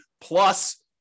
plus